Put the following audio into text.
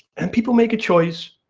and people make a choice,